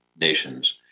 nations